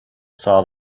saw